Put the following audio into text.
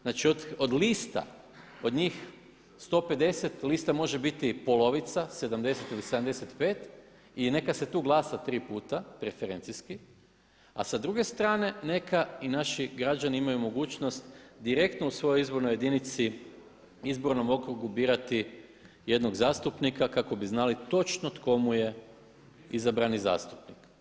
Znači od lista, od njih 150 lista može biti polovica, 70 ili 75, i neka se tu glasa tri puta preferencijski, a sa druge strane neka i naši građani imaju mogućnost direktno u svojoj izbornoj jedinici, izbornom okrugu birati jednog zastupnika kako bi znali točno tko mu je izabrani zastupnik.